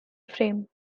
frame